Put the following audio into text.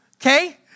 okay